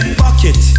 pocket